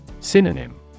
Synonym